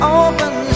open